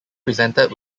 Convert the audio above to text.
presented